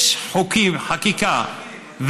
יש חוקים, חקיקה.